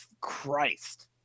Christ